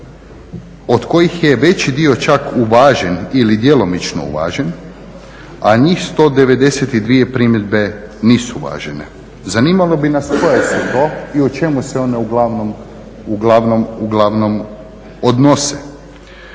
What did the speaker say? od kojih je veći dio čak uvažen ili djelomično uvažen, a njih 192 primjedbe nisu uvažene. Zanimalo bi nas koje su to i u čemu se one uglavnom odnose.